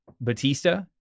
Batista